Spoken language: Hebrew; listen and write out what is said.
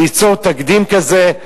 ליצור תקדים כזה.